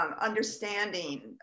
Understanding